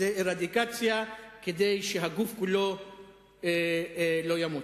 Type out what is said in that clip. כדי שהגוף כולו לא ימות.